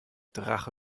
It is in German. drache